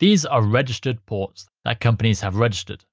these are registered ports that companies have registered.